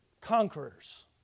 conquerors